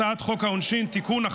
הצעת חוק העונשין (תיקון,